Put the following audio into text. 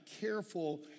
careful